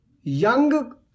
young